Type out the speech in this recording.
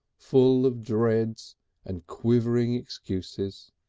full of dreads and quivering excuses.